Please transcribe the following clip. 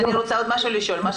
ועוד משהו שאני רוצה לשאול, ממה